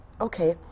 okay